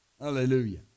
Hallelujah